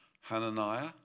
Hananiah